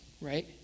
right